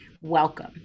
Welcome